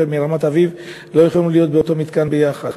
מרמת-אביב לא יכולים להיות באותו מתקן ביחד.